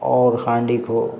और हांडी को